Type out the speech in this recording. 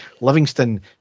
Livingston